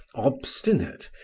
obstinate,